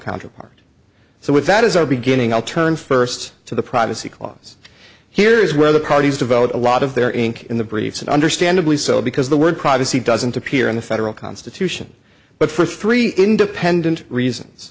counterpart so with that as our beginning i'll turn first to the privacy clause here is where the parties developed a lot of their ink in the briefs and understandably so because the word privacy doesn't appear in the federal constitution but for three independent reasons